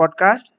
Podcast